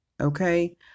Okay